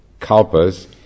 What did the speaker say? kalpas